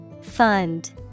Fund